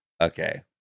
okay